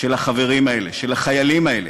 של החיילים האלה,